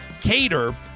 cater